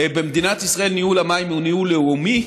במדינת ישראל ניהול המים הוא ניהול לאומי.